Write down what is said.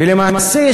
ולמעשה,